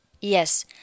Yes